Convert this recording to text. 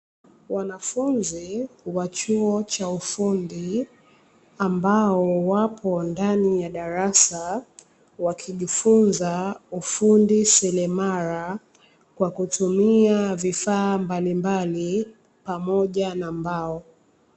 Wanafunzi wa chuo cha ufundi ambao wapo ndani ya darasa wakijifunza ufundi seremala, kwa kutumia vifaa mbalimbali pamoja na mbao.